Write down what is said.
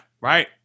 Right